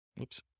Oops